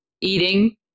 Eating